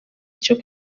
cyo